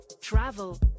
travel